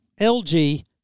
LG